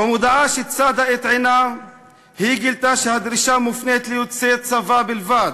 במודעה שצדה את עינה היא גילתה שהדרישה מופנית ליוצאי צבא בלבד.